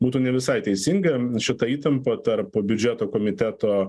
būtų ne visai teisinga šita įtampa tarp biudžeto komiteto